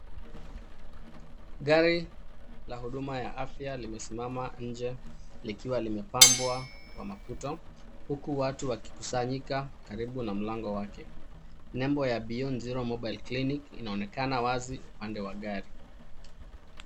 Gari la huduma ya afya limesimama nje likiwa limepambwa kwa maputo huku watu wakikusanyika karibu na mlango wake. Nembo ya Beyond Zero Mobile Clinic inaonekana wazi upande wa gari.